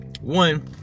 One